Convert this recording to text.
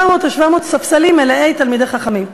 400, 700 ספסלים מלאים תלמידי חכמים.